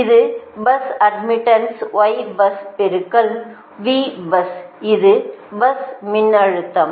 இது bus admittance Y bus பெருக்கல் V bus இது பஸ் மின்னழுத்தம்